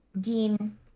Dean